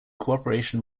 cooperation